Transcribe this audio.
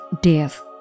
death